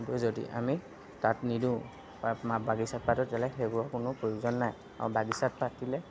কিন্তু যদি আমি তাত নিদিওঁ তাত আমাৰ বাগিচাত পাতোঁ তেতিয়াহ'লে সেইবোৰৰ কোনো প্ৰয়োজন নাই আৰু বাগিচাত পাতিলে